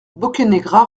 boccanegra